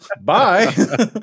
Bye